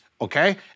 Okay